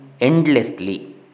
endlessly